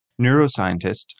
neuroscientist